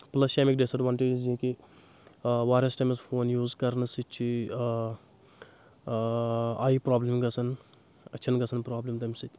plus چھِ اَمیکۍ ڈِس ایڈوانٹیجٕز یہِ کہِ واریاہس ٹایمَس فون یوٗز کرنہٕ سۭتۍ چھِ آے پرابلِم گژھان أچھَن گژھان پرٛابلِم تَمہِ سۭتۍ